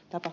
toto